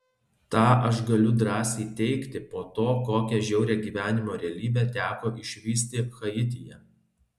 tą aš galiu drąsiai teigti po to kokią žiaurią gyvenimo realybę teko išvysti haityje